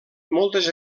moltes